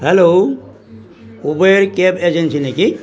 hello Uber cab agency নেকি